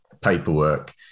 paperwork